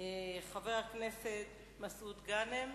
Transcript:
חבר הכנסת מסעוד גנאים,